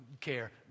care